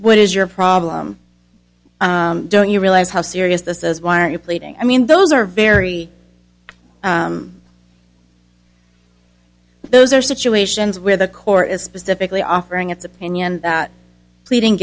what is your problem don't you realize how serious this is why are you pleading i mean those are very those are situations where the core is specifically offering its opinion that pleading